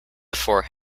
before